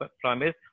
promise